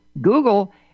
Google